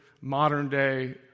modern-day